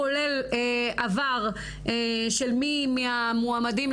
כולל עבר של מי מהמועמדים,